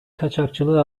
kaçakçılığı